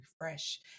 refresh